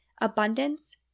abundance